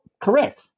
Correct